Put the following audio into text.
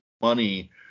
money